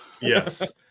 Yes